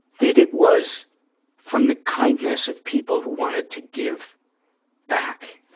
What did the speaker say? that it was from the kindness of people who wanted to give back,